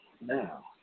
now